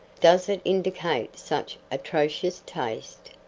does it indicate such atrocious taste?